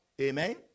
Amen